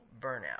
burnout